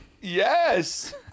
Yes